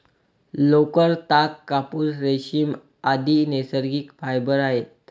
लोकर, ताग, कापूस, रेशीम, आदि नैसर्गिक फायबर आहेत